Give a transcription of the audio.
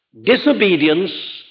Disobedience